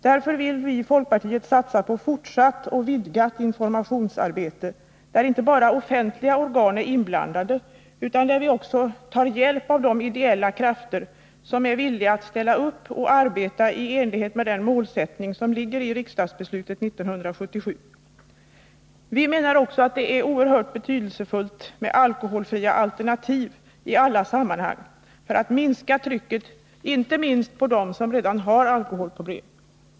Därför vill vi i folkpartiet att man skall satsa på fortsatt och vidgat informationsarbete, i vilket inte bara offentliga organ är inblandade utan också de ideella krafter deltar som är villiga att ställa upp och arbeta i enlighet med den målsättning som ligger i riksdagsbeslutet 1977. Vi menar också att det är oerhört betydelsefullt med alkoholfria alternativ i alla sammanhang för att minska trycket inte minst på dem som har alkoholproblem.